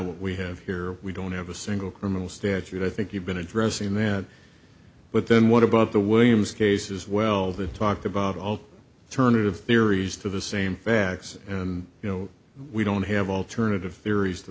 what we have here we don't have a single criminal statute i think you've been addressing that but then what about the williams cases well they talked about all turning of theories to the same facts and you know we don't have alternative theories to